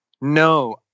No